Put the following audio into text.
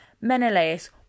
Menelaus